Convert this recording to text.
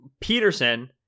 Peterson